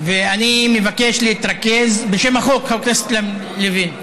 אני מבקש להתרכז בשם החוק, חבר הכנסת לוין: